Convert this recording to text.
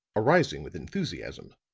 arising with enthusiasm,